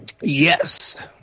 Yes